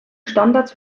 standards